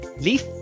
leaf